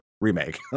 remake